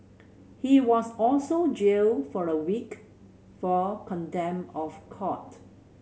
he was also jailed for a week for contempt of court